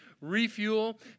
refuel